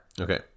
Okay